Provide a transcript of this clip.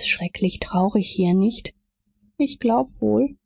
ist schrecklich traurig hier nicht ich glaub wohl